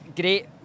Great